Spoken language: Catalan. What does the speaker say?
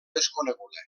desconeguda